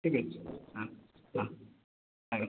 ଠିକ୍ ଅଛି ହଁ ହଁ ଆଜ୍ଞା